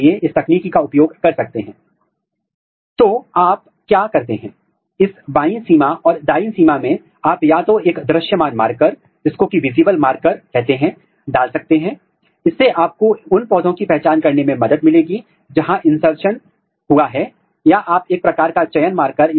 क्योंकि आपके प्रोटीन को अब GUS और GFP के साथ टैग किया गया है इसलिए जहाँ भी आपका प्रोटीन स्थानांतरित होगा रिपोर्टर उसकी उपस्थिति की रिपोर्ट करेगा लेकिन यहाँ एक मुद्दा है